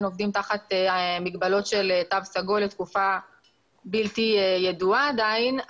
עובדים תחת מגבלות של תו סגול לתקופה בלתי ידועה עדיין,